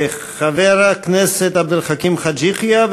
חבר הכנסת עבד אל חכים חאג' יחיא,